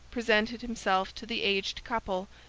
presented himself to the aged couple,